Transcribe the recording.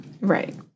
Right